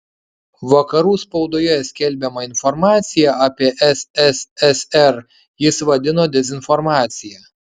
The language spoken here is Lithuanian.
vakarų spaudoje skelbiamą informaciją apie sssr jis vadino dezinformacija